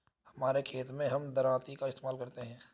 हमारे खेत मैं हम दरांती का इस्तेमाल करते हैं